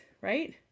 right